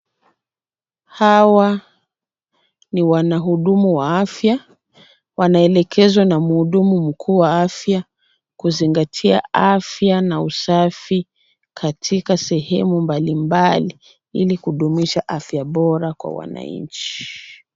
Hawa ni wahudumu wa afya, wanaelekezwa na mhudumu mkuu wa afya kuzingatia afya na usafi katika sehemu mbalimbali ili kudumisha afya bora kwa wananchi.